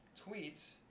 tweets